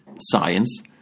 science